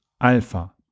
Alpha